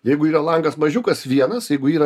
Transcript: jeigu yra langas mažiukas vienas jeigu yra